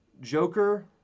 Joker